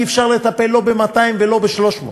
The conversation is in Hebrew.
אי-אפשר לטפל לא ב-200 ולא ב-300,